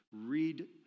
Read